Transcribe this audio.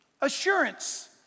assurance